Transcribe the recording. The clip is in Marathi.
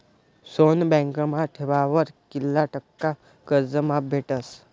सोनं बँकमा ठेवावर कित्ला टक्का कर्ज माफ भेटस?